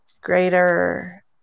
greater